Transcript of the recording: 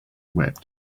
wept